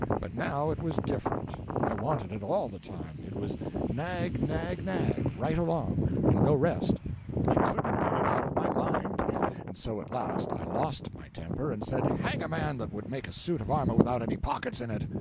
but now it was different i wanted it all the time it was nag, nag, nag, right along, and no rest i couldn't get it out of my mind and so at last i lost my temper and said hang a man that would make a suit of armor without any pockets in it.